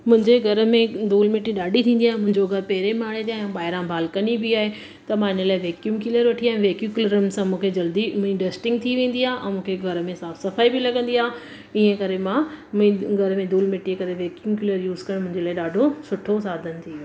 मुंहिंजे घर में धूल मिटी ॾाढी थींदी आहे मुंहिंजो घर पहिरें माड़े ते आहे ॿाहिरां बालकनी बि आहे त मां इन लाइ मां वेक्यूम क्लीनर वठी आयमि वेक्यूम क्लीनर सां मूंखे जल्दी मुंहिंजी डस्टिंग थी वेंदी आहे ऐं मूंखे घर में साफ़ सफ़ाई बि लॻंदी आहे इएं करे मां मुंहिंजे घर में धूल मिटी करे वेक्यूम क्लीनर यूज़ करणु मुंहिंजे लाइ ॾाढो सुठो साधन थी वियो